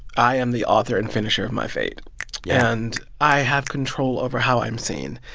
i am the author and finisher of my fate yeah and i have control over how i'm seen.